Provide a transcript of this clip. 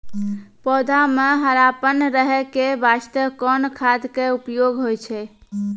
पौधा म हरापन रहै के बास्ते कोन खाद के उपयोग होय छै?